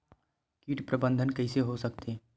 कीट प्रबंधन कइसे हो सकथे?